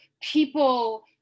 people